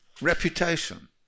reputation